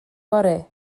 fory